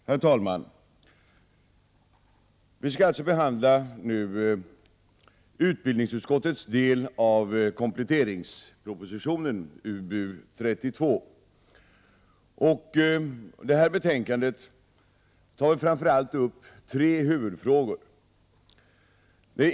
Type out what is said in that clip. Herr talman! Vi skall nu behandla utbildningsutskottets del av kompletteringspropositionen, UbU32. I det här betänkandet tas framför allt tre huvudfrågor upp.